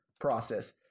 process